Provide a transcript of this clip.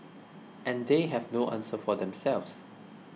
and they have no answer for themselves